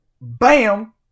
Bam